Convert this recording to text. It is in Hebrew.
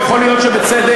יכול להיות שבצדק,